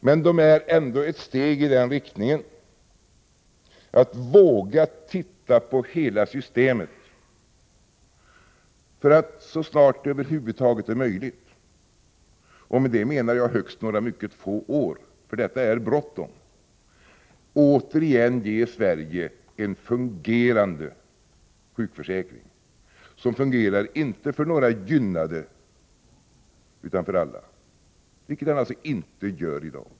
Men det är ändå ett steg i riktning mot att våga se på hela systemet för att så snart det över huvud taget är möjligt — och med det menar jag högst några mycket få år, eftersom detta är bråttom — återigen ge Sverige en fungerande sjukförsäkring. Jag menar därmed en sjukförsäkring som fungerar inte för några gynnade utan för alla — vilket alltså inte sjukförsäkringen gör i dag.